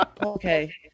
Okay